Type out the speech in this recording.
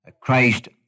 Christ